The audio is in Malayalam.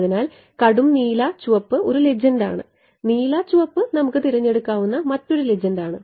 അതിനാൽ കടും നീല ചുവപ്പ് ഒരു ലെജെൻ്റ് ആണ് നീല ചുവപ്പ് നമുക്ക് തിരഞ്ഞെടുക്കാവുന്ന മറ്റൊരു ലെജെൻ്റ് ആണ്